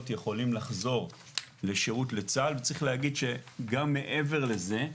יכולים לחזור לשירות לצה"ל וצריך להגיד שגם מעבר לזה,